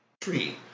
Three